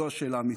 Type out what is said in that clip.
זו השאלה האמיתית.